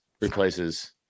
replaces